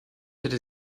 hätte